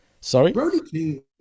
Sorry